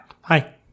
Hi